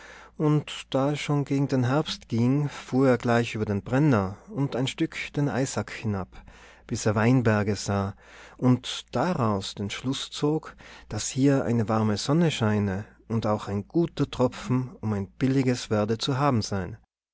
und da es schon gegen den herbst ging fuhr er gleich über den brenner und ein stück den eisack hinab bis er weinberge sah und daraus den schluß zog daß hier eine warme sonne scheine und auch ein guter tropfen um ein billiges werde zu haben sein